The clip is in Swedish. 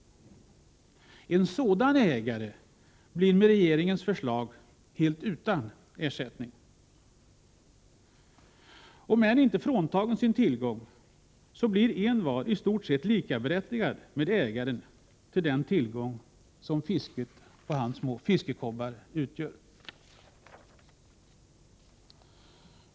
En sådan ägare blir med regeringens förslag helt utan ersättning. Om än inte fråntagen sin tillgång så blir envar i stort sett likaberättigad med ägaren till den tillgång som fisket på hans fiskekobbar utgör.